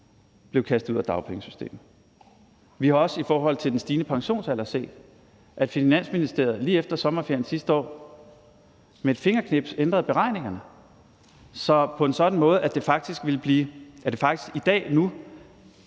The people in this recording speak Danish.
blev kastet ud af dagpengesystemet. Vi har også i forhold til den stigende pensionsalder set, at Finansministeriet lige efter sommerferien sidste år med et fingerknips ændrede beregningerne på en sådan måde, at det faktisk nu i dag er